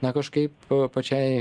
na kažkaip pačiai